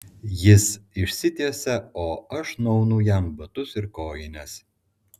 jis išsitiesia o aš nuaunu jam batus ir kojines